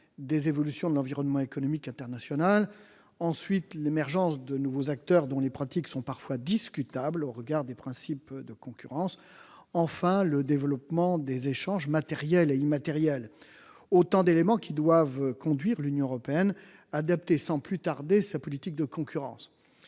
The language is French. des évolutions de l'environnement économique international ; ensuite, l'émergence de nouveaux acteurs, dont les pratiques sont parfois discutables au regard des principes de concurrence ; enfin, le développement des échanges matériels et immatériels. Autant d'éléments qui doivent conduire l'Union européenne à adapter sans plus tarder sa politique de concurrence.